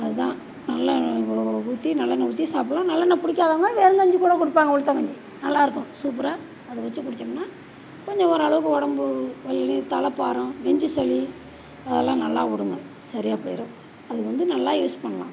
அது தான் நல்லெண்ணை ஊ ஊற்றி நல்லெண்ணை ஊற்றி சாப்பிட்லாம் நல்லெண்ணை பிடிக்காதவங்க வெறும் கஞ்சி கூட குடிப்பாங்க உளுத்தங்கஞ்சி நல்லாயிருக்கும் சூப்பராக அதை வச்சு குடித்தோம்னா கொஞ்சம் ஓரளவுக்கு உடம்பு வலி தலை பராம் நெஞ்சு சளி அதெலாம் நல்லா விடுங்க சரியாக போயிடும் அது வந்து நல்லா யூஸ் பண்ணலாம்